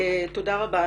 תודה רבה.